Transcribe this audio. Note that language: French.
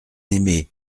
aimée